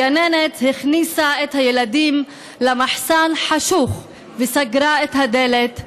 הגננת הכניסה את הילדים למחסן חשוך וסגרה את הדלת.